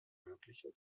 möglichen